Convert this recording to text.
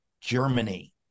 Germany